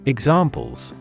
Examples